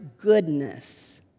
goodness